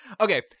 Okay